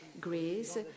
greece